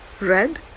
red